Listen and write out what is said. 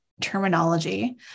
terminology